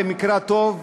במקרה הטוב,